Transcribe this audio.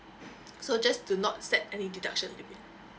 so just do not set any deduction limit